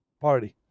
party